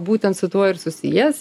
būtent su tuo ir susijęs